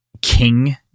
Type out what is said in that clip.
King